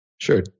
Sure